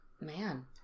Man